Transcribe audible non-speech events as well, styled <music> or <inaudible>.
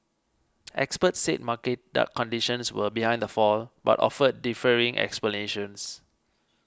experts said market <unintelligible> conditions were behind the fall but offered differing explanations